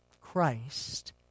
Christ